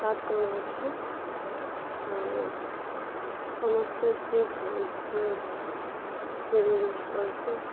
ସାତ୍ ଜଣ ଅଛୁ ଆଉ ସମସ୍ତେ ଜିଓ ସେମ୍ ୟୁଜ୍ କରୁଛୁ